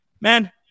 man